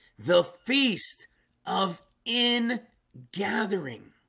the feast of in gathering